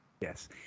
Yes